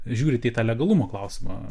žiūrite į tą legalumo klausimą